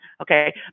okay